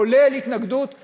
כולל התנגדות פסיבית,